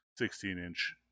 16-inch